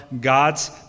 God's